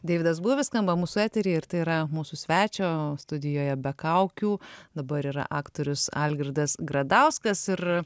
deividas buvis skamba mūsų etery ir tai yra mūsų svečio studijoje be kaukių dabar yra aktorius algirdas gradauskas ir